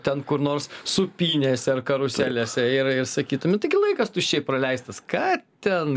ten kur nors sūpynėse ar karuselėse ir ir sakytų nu taigi laikas tuščiai praleistas ką ten